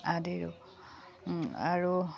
আদি আৰু